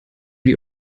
die